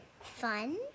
fun